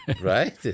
right